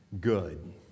good